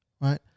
right